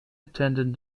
attended